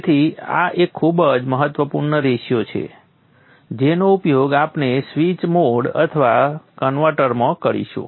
તેથી આ એક ખૂબ જ મહત્વપૂર્ણ રેશિયો છે જેનો ઉપયોગ આપણે સ્વીચ મોડ અથવા કન્વર્ટરમાં કરીશું